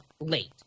late